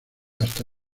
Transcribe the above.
hasta